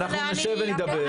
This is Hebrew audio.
אנחנו נשב ונדבר.